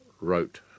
wrote